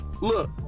look